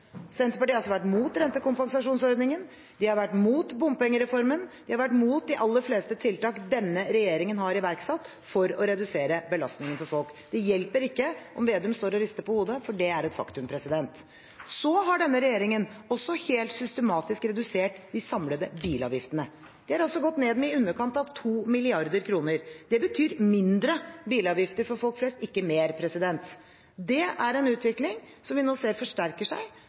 Senterpartiet har vært imot rentekompensasjonsordningen, de har vært imot bompengereformen, de har vært imot de aller fleste tiltakene denne regjeringen har iverksatt for å redusere belastningen for folk. Det hjelper ikke at Slagsvold Vedum står og rister på hodet, for det er et faktum. Denne regjeringen har også – helt systematisk – redusert de samlede bilavgiftene. De har gått ned med i underkant av 2 mrd. kr. Det betyr mindre i bilavgifter for folk flest, ikke mer. Det er en utvikling vi nå ser forsterker seg